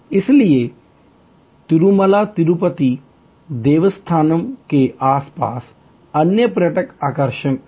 इसलिए तिरुमाला तिरुपति देवस्थानम के आसपास अन्य पर्यटक आकर्षण हैं